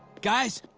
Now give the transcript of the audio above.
guys,